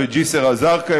בג'יסר א-זרקא,